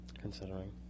considering